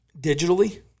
digitally